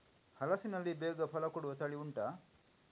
ಹಲಸಿನಲ್ಲಿ ಬೇಗ ಫಲ ಕೊಡುವ ತಳಿ ಉಂಟಾ